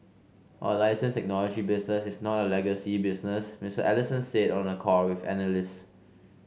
our license technology business is not a legacy business Mister Ellison said on a call with analysts